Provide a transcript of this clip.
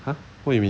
!huh! what you mean